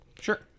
sure